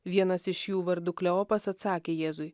vienas iš jų vardu kleopas atsakė jėzui